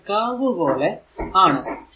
അതൊരു കർവ് പോലെ ആണ്